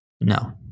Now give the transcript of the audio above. no